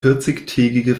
vierzigtägige